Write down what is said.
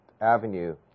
Avenue